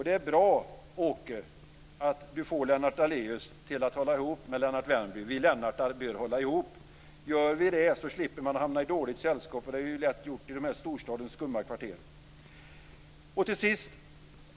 Det är bra att Åke har fått Lennart Daléus att hålla ihop med Lennart Värmby. Vi Lennartar bör hålla ihop. Gör vi det, slipper man hamna i dåligt sällskap, för det är ju lätt gjort i storstadens skumma kvarter.